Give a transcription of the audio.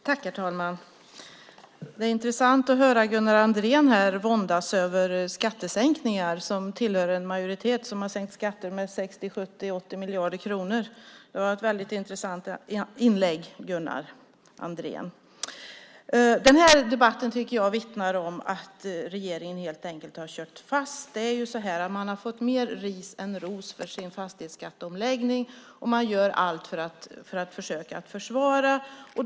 Herr talman! Det är intressant att höra Gunnar Andrén våndas över skattesänkningar. Han tillhör en majoritet som har sänkt skatter med 60-80 miljarder kronor. Det var ett väldigt intressant inlägg, Gunnar Andrén. Debatten vittnar om att regeringen helt enkelt har kört fast. Man har fått mer ris än ros för sin fastighetsskatteomläggning, och man gör allt för att försöka försvara sig.